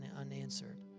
unanswered